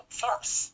force